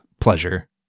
pleasure